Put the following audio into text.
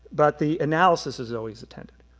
but the analysis is always attended,